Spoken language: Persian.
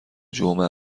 جمعه